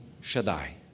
Shaddai